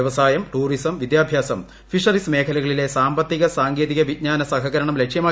വ്യവസായം ടൂറിസം വിദ്യാഭ്യാസം ഫിഷറീസ് മേഖലകളിലെ സാമ്പത്തിക സാങ്കേതിക വിജ്ഞാന സഹകരണമാണ് ലക്ഷ്യം